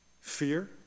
fear